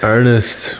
Ernest